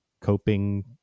coping